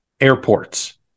airports